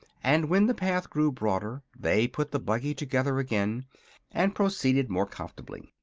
and when the path grew broader they put the buggy together again and proceeded more comfortably.